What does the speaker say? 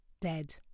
dead